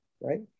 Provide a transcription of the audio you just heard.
right